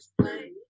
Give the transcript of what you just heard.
play